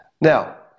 Now